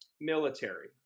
military